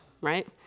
right